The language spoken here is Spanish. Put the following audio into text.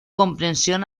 comprensión